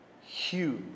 huge